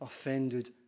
offended